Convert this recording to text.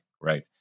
right